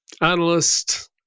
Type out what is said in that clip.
analyst